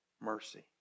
mercy